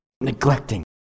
neglecting